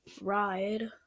ride